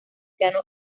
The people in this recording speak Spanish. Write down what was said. piano